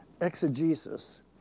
exegesis